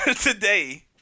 today